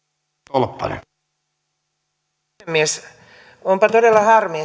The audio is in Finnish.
arvoisa puhemies onpa todella harmi